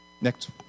Next